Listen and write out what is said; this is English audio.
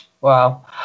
Wow